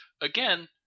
again